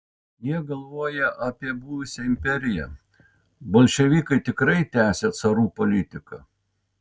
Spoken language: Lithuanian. jie galvoja apie buvusią imperiją bolševikai tikrai tęsią carų politiką